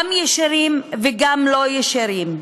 גם ישירים וגם לא-ישירים,